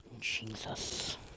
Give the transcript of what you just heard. Jesus